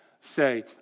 say